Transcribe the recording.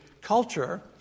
culture